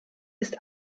ist